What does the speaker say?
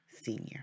senior